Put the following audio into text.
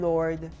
Lord